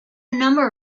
number